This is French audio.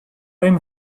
aime